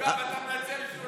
אתה מנצל את זה שהוא לא שומע?